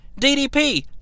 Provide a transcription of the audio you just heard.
DDP